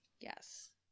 Yes